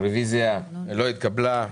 הרביזיה לא התקבלה.